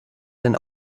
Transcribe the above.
denn